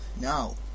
no